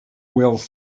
wales